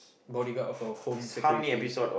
Bodyguard of a home security